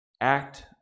act